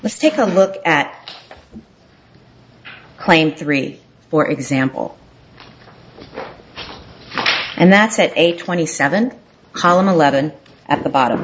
let's take a look at claim three for example and that's at eight twenty seven column eleven at the bottom